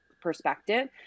perspective